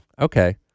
Okay